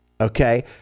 Okay